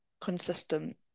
consistent